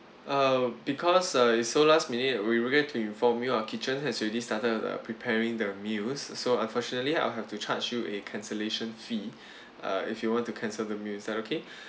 uh because uh it's so last minute we regret to inform you our kitchen has already started uh preparing the meals so unfortunately I will have to charge you a cancellation fee uh if you want to cancel the meal is that okay